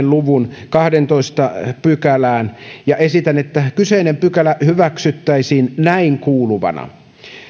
luvun kahdenteentoista pykälään esitän että kyseinen pykälä hyväksyttäisiin näin kuuluvana